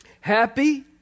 Happy